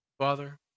Father